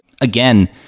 Again